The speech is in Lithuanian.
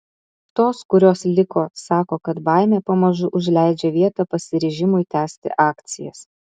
tos kurios liko sako kad baimė pamažu užleidžia vietą pasiryžimui tęsti akcijas